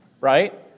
right